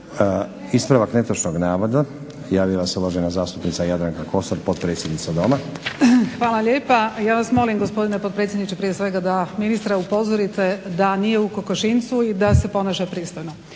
ispravak netočnog navoda. Javila se uvažena zastupnica Jadranka Kosor, potpredsjednica Doma. **Kosor, Jadranka (HDZ)** Hvala lijepa. Ja vas molim gospodine potpredsjedniče prije svega da ministra upozorite da nije u kokošinjcu i da se ponaša pristojno.